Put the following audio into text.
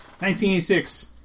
1986